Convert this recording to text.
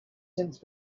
since